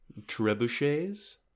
trebuchets